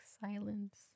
silence